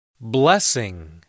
Blessing